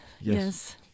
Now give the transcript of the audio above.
Yes